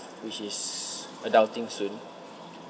which is adulting soon